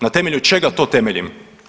Na temelju čega to temeljim?